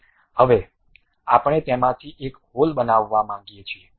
હવે આપણે તેમાંથી એક હોલ બનાવવા માંગીએ છીએ